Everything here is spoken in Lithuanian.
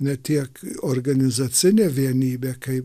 ne tiek organizacinė vienybė kaip